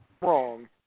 Wrong